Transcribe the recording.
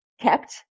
kept